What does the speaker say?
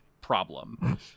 problem